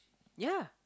ya